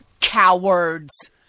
Cowards